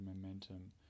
momentum